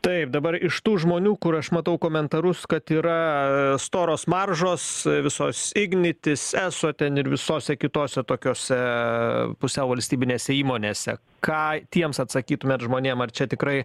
taip dabar iš tų žmonių kur aš matau komentarus kad yra storos maržos visos ignitis eso ten ir visose kitose tokiose pusiau valstybinėse įmonėse ką tiems atsakytumėt žmonėm ar čia tikrai